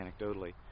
anecdotally